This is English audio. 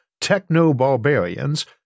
techno-barbarians